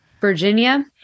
Virginia